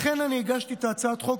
לכן אני הגשתי את הצעת החוק,